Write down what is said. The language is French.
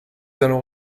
allons